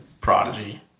prodigy